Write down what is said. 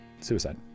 suicide